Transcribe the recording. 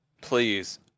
please